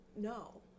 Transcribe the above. no